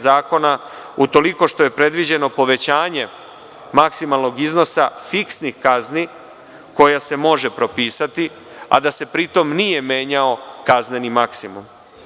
Zakona, u toliko što je predviđeno povećanje maksimalnog iznosa fiksnih kazni koja se može propisati, a da se pri tom nije menjao kazneni maksimum.